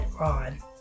Ron